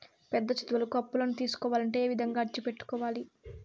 పెద్ద చదువులకు అప్పులను తీసుకోవాలంటే ఏ విధంగా అర్జీ పెట్టుకోవాలి?